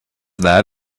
that